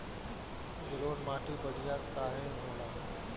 जलोड़ माटी बढ़िया काहे होला?